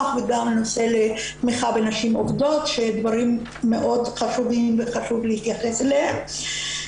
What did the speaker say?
ונושא תמיכה בנשים עובדות שהם דברים מאוד חשובים וחשוב להתייחס אליהם.